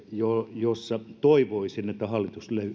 jossa toivoisin että hallitus